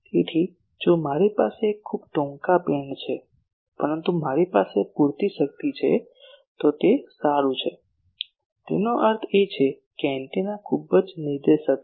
તેથી જો મારી પાસે ખૂબ ટૂંકા બીમ છે પરંતુ મારી પાસે પૂરતી શક્તિ છે તો તે સારું છે તેનો અર્થ એ કે એન્ટેના ખૂબ જ નિર્દેશક છે